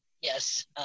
Yes